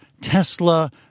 Tesla